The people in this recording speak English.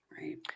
Right